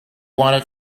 wanted